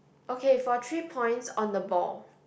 okay for three points on the ball